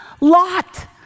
Lot